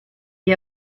gli